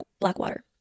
Blackwater